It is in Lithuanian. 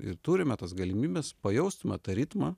ir turime tas galimybes pajaustume tą ritmą